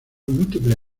múltiples